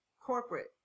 corporate